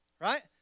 right